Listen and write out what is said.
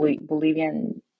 Bolivian